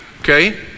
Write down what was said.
okay